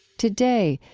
today,